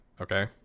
Okay